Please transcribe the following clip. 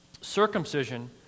circumcision